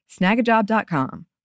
Snagajob.com